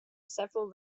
several